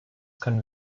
könnten